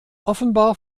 offenbar